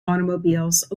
automobiles